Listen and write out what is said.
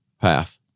path